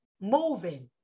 moving